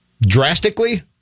Drastically